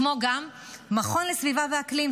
כמו גם מכון לסביבה ואקלים,